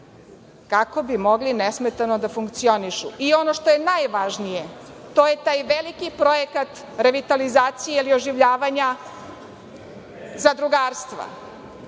kako bi mogli nesmetano da funkcionišu. Ono što je najvažnije, to je taj veliki projekat revitalizacije ili oživljavanja zadrugarstva.